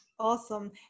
awesome